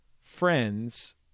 friends